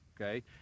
Okay